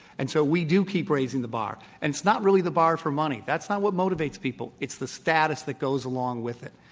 and so we do keep raising the bar. and it's not really the bar for money. that's not what motivates people. it's the status that goes along with it.